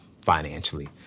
financially